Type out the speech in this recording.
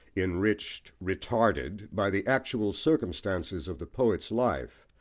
enriched, retarded, by the actual circumstances of the poet's life,